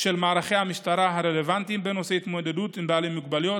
של מערכי המשטרה הרלוונטיים בנושא התמודדות עם בעלי מוגבלויות,